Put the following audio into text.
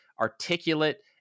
articulate